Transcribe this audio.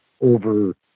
over